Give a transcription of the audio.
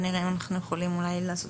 ונראה אם אנחנו יכולים אולי לעשות